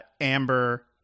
Amber